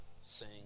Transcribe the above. Sing